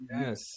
Yes